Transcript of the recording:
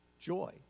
joy